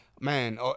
man